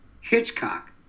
Hitchcock